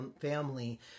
family